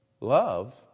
Love